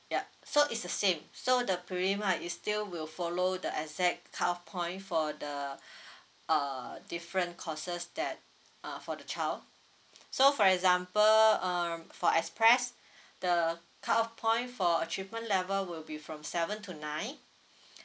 yup so it's the same so the prim right is still will follow the exact cutoff point for the uh different courses that uh for the child so for example um for express the cutoff point for achievement level will be from seven to nine